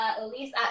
Elise